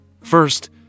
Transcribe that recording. First